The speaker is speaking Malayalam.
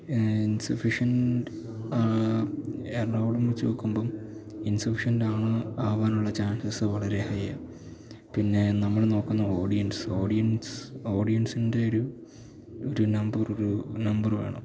ഇൻസഫിഷ്യൻ്റ് എറണാകുളം വച്ചു നോക്കുമ്പോള് ഇൻസഫിഷ്യൻ്റാ ആവാനുള്ള ചാൻസസ് വളരെ ഹൈയാ പിന്നെ നമ്മള് നോക്കുന്ന ഓഡിയൻസ് ഓഡിയൻസ് ഓഡിയൻസിൻ്റെയൊരു ഒരു നമ്പറൊരു നമ്പര് വേണം